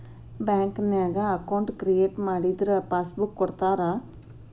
ಬ್ಯಾಂಕ್ನ್ಯಾಗ account create ಮಾಡಿದರ passbook ಕೊಡ್ತಾರಾ